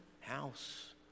house